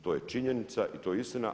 To je činjenica i to je istina.